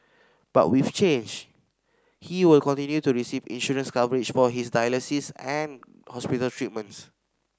but with change he will continue to receive insurance coverage for his dialysis and hospital treatments